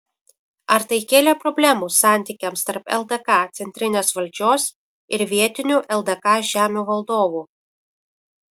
ar tai kėlė problemų santykiams tarp ldk centrinės valdžios ir vietinių ldk žemių valdovų